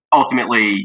ultimately